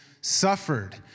suffered